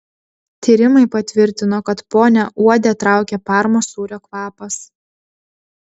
tyrimai patvirtino kad ponią uodę traukia parmos sūrio kvapas